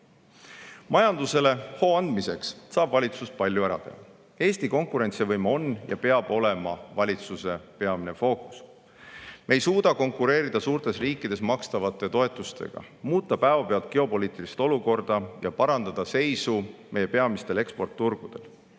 Majandusele hoo andmiseks saab valitsus palju ära teha. Eesti konkurentsivõime on ja peab olema valitsuse peamine fookus. Me ei suuda konkureerida suurtes riikides makstavate toetustega, muuta päevapealt geopoliitilist olukorda ega parandada seisu meie peamistel eksportturgudel,